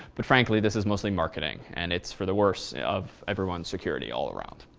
but frankly, this is mostly marketing. and it's for the worst of everyone's security all around.